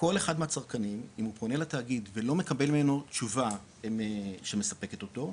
כל אחד מהצרכנים אם הוא פונה לתאגיד ולא מקבל ממנו תשובה שמספקת אותו,